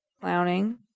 clowning